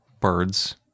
birds